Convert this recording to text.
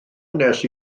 nes